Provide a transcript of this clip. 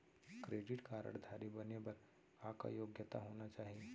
Credit card धारी बने बर का का योग्यता होना चाही?